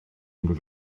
mlwydd